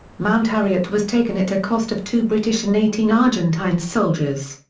mount harriet was taken at a cost of two british and eighteen argentine soldiers.